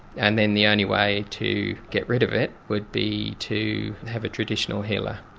and then the only way to get rid of it would be to have a traditional healer.